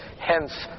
hence